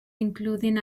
including